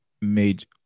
made